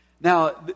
Now